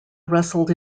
wrestled